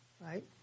right